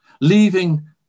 leaving